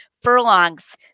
furlongs